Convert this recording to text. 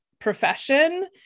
profession